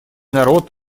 народ